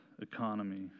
economy